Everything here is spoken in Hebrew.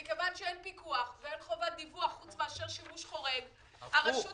מכיוון שאין פיקוח ואין חובת דיווח חוץ מאשר שימוש חורג הרשות